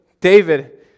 David